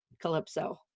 calypso